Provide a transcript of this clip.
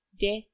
death